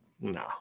no